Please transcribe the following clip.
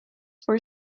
for